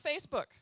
Facebook